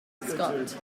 scott